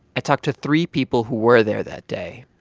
i talked to three people who were there that day.